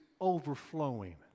overflowing